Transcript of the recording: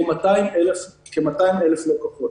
כ-200,000 לקוחות.